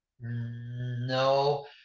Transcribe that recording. No